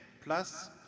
plus